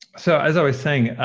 so as i was saying,